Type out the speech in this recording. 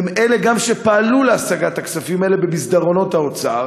והם גם שפעלו להשגת הכספים האלה במסדרונות האוצר.